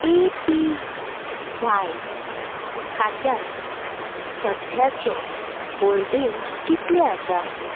ए P Y खात्यांत सध्याचे holding कितले आसा